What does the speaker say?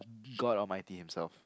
god almighty himself